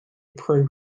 pro